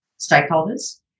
stakeholders